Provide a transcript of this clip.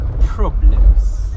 problems